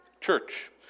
church